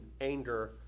anger